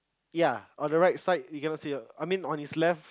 ya on the right side you cannot see her I mean on his left